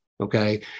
Okay